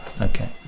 Okay